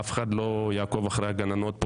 אף אחד לא יעקוב אחרי הגננות,